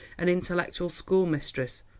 and intellectual schoolmistress?